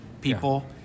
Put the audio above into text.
people